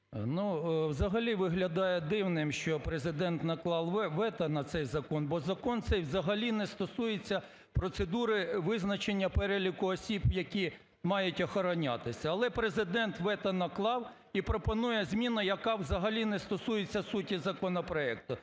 Взагалі виглядає дивним, що Президент наклав вето на цей закон, бо закон цей взагалі не стосується процедури визначення переліку осіб, які мають охоронятися. Але Президент вето наклав і пропонує, зміна, яка взагалі не стосується суті законопроекту,